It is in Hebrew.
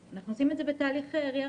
אנחנו עושים את זה בתהליך ריא רגיל,